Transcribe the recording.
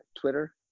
twitter